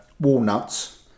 walnuts